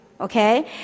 Okay